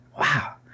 Wow